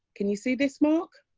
can you see this mark?